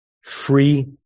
free